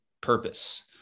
purpose